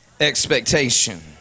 expectation